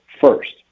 first